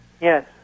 yes